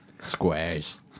Squares